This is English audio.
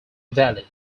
valley